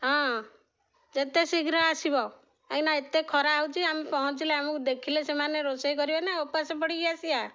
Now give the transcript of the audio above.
ହଁ ଯେତେ ଶୀଘ୍ର ଆସିବ କାଇଁକିନା ଏତେ ଖରା ହେଉଛି ଆମେ ପହଞ୍ଚିଲେ ଆମକୁ ଦେଖିଲେ ସେମାନେ ରୋଷେଇ କରିବେ ନା ଉପାସ ପଡ଼ିକି ଆସିବା